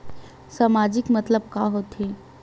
सामाजिक मतलब का होथे?